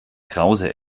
krause